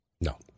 No